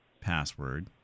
password